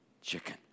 chicken